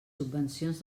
subvencions